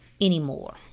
anymore